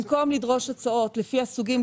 במקום לדרוש הוצאות לפי הסוגים,